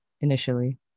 initially